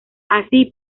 así